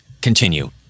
Continue